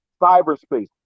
Cyberspace